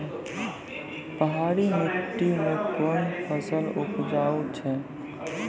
पहाड़ी मिट्टी मैं कौन फसल उपजाऊ छ?